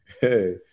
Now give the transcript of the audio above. Hey